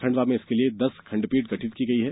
खंडवा में इसके लिए दस खंडपीठ गठित की गई है